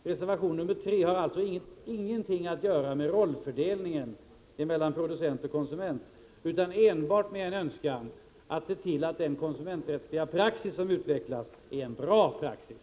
Reservation nr 3 har alltså ingenting att göra med rollfördelningen mellan producent och konsument utan enbart med en önskan att se till att den konsumenträttsliga praxis som utvecklas är en bra praxis.